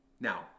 Now